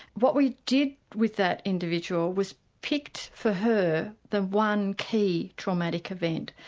what we did with that individual was picked for her the one key traumatic event,